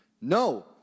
No